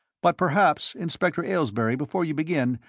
but perhaps, inspector aylesbury, before you begin,